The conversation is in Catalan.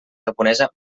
japonesa